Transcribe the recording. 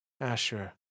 Asher